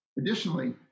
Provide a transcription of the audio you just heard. Additionally